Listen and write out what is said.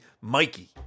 Mikey